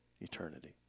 eternity